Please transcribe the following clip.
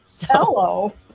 Hello